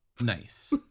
Nice